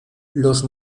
los